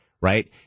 right